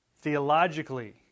Theologically